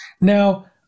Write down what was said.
Now